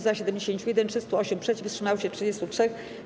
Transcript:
Za - 71, 308 - przeciw, wstrzymało się 33.